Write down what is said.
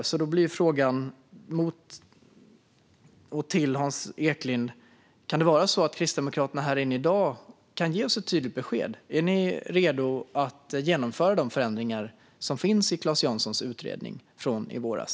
Därför blir min fråga tillbaka till Hans Eklind: Skulle Kristdemokraterna i dag kunna ge oss ett tydligt besked om att de är redo att genomföra de förändringar som finns i Claes Janssons utredning från i våras?